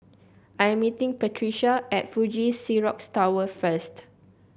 I am meeting Patricia at Fuji Xerox Tower first